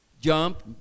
jump